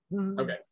Okay